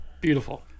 beautiful